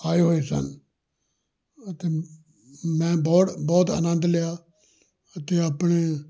ਆਏ ਹੋਏ ਸਨ ਅਤੇ ਮੈਂ ਬਹੁਤ ਬਹੁਤ ਆਨੰਦ ਲਿਆ ਅਤੇ ਆਪਣੇ